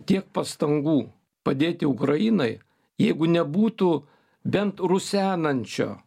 tiek pastangų padėti ukrainai jeigu nebūtų bent rusenančio